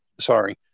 Sorry